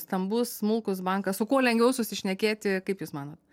stambus smulkus bankas su kuo lengviau susišnekėti kaip jūs manot